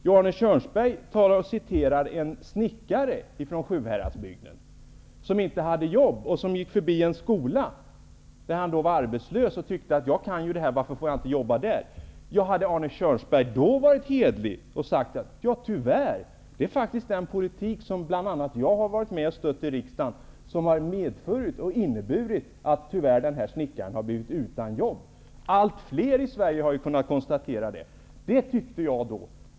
Jo, han citerade en snickare från Sjuhäradsbygden som var arbetslös som gick förbi en skola och undrade varför han inte fick jobba där, med det han kunde. Om Arne Kjörnsberg hade varit hederlig hade han då sagt: Tyvärr är det den politik som bl.a. jag har varit med om att stödja i riksdagen som har inneburit att den här snickaren har blivit utan jobb. Allt fler i Sverige har kunnat konstatera det.